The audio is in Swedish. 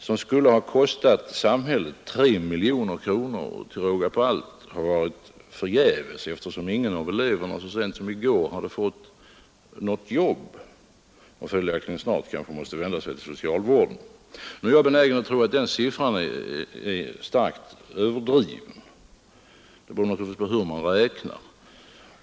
Den skulle ha kostat samhället 3 miljoner kronor och till råga på allt ha varit förgäves, eftersom ingen av eleverna så sent som i går hade fått något jobb och följaktligen snart kanske måste vända sig till socialvården. Nu är jag benägen att tro att siffran är starkt överdriven. Det beror naturligtvis på hur man räknar.